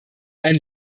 ein